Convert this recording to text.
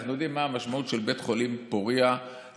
ואנחנו יודעים מה המשמעות של בית חולים פוריה לאזור.